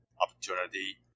opportunity